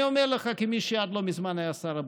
אני אומר לך כמי שעד לא מזמן היה שר הבריאות,